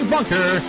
Bunker